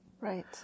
Right